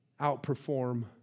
outperform